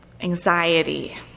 anxiety